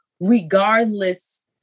regardless